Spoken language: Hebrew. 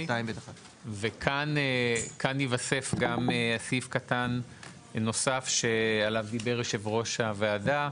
וכאן ייווסף גם סעיף קטן נוסף שעליו דיבר יושב ראש הוועדה,